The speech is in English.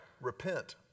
Repent